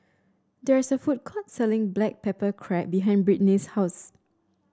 there is a food court selling Black Pepper Crab behind Brittnay's house